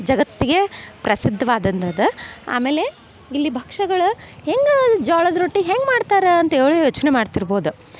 ಜಗತ್ತಿಗೆ ಪ್ರಸಿದ್ಧ್ವಾದಂಥದ್ ಆಮೇಲೆ ಇಲ್ಲಿ ಭಕ್ಷ್ಯಗಳು ಹೆಂಗೆ ಅದು ಜ್ವಾಳದ ರೊಟ್ಟಿ ಹೆಂಗೆ ಮಾಡ್ತಾರಾ ಅಂತೇಳು ಯೋಚನೆ ಮಾಡ್ತಿರ್ಬೋದು